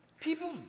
People